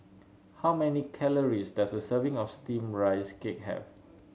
how many calories does a serving of Steamed Rice Cake have